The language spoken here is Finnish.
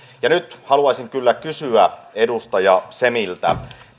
ja nyt haluaisin kyllä kysyä edustaja semiltä